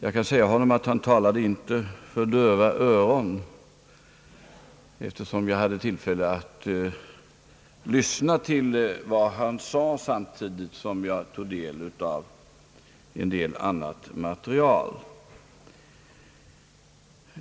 Jag kan tala om att han dock inte talade för döva öron, eftersom jag hade tillfälle att lyssna i en högtalare till vad han sade samtidigt som jag tog del av en del annat material.